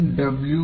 W